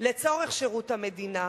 לצורך שירות המדינה.